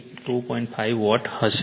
5 watt હશે